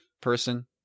person